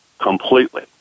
completely